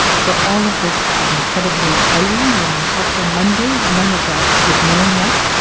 so all of this is incredibly exciting. when i talked on monday, none of that was known yet,